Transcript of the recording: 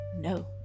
no